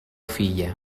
filla